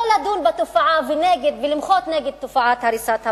לא לדון בתופעה ולמחות נגד תופעת הריסת הבתים,